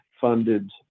funded